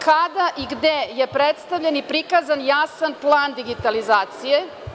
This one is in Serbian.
Kada i gde je predstavljen i prikazan jasan plan digitalizacije?